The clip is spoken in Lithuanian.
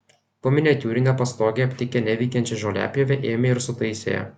po miniatiūrine pastoge aptikę neveikiančią žoliapjovę ėmė ir sutaisė ją